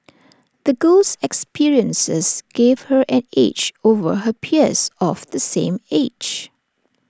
the girl's experiences gave her an edge over her peers of the same age